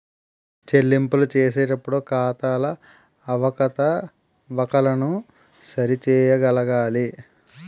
చెల్లింపులు చేసేటప్పుడు ఖాతాల అవకతవకలను సరి చేయగలగాలి